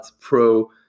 pro